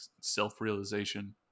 self-realization